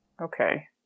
Okay